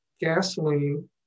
gasoline